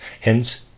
Hence